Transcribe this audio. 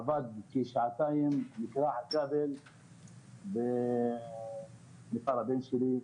הוא עבד כשעתיים ואז נקרע הכבל והבן שלי נהרג,